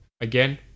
Again